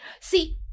See